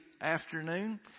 afternoon